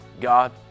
God